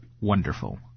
wonderful